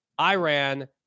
Iran